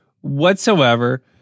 whatsoever